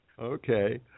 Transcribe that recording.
Okay